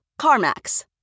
CarMax